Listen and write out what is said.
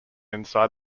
inside